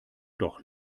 doch